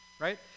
right